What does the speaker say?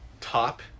top